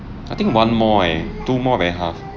I think one more eh two more very half